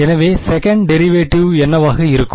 எனவே second derivative என்னவாக இருக்கும்